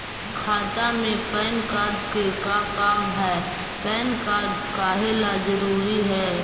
खाता में PAN card के का काम है पैन कार्ड काहे ला जरूरी है?